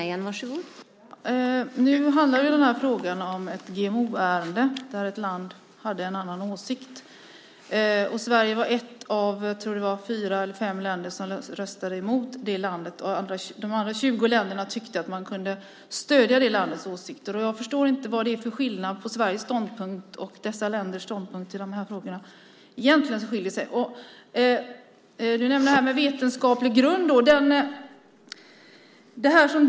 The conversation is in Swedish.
Fru talman! Nu handlar frågan om ett GMO-ärende där ett land hade en annan åsikt. Sverige var ett av fyra eller fem länder som röstade mot det landet. De andra 20 länderna tyckte att man kunde stödja det landets åsikter. Jag förstår inte vad det är för skillnad mellan Sveriges ståndpunkt och dessa länders ståndpunkt i den här frågan. Du nämnde det här med vetenskaplig grund.